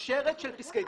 בשרשרת של פסקי דין?